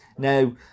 Now